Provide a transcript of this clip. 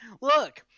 look